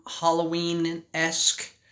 Halloween-esque